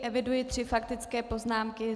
Eviduji tři faktické poznámky.